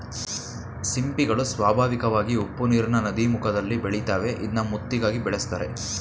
ಸಿಂಪಿಗಳು ಸ್ವಾಭಾವಿಕವಾಗಿ ಉಪ್ಪುನೀರಿನ ನದೀಮುಖದಲ್ಲಿ ಬೆಳಿತಾವೆ ಇದ್ನ ಮುತ್ತಿಗಾಗಿ ಬೆಳೆಸ್ತರೆ